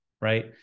right